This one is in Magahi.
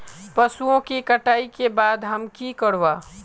पशुओं के कटाई के बाद हम की करवा?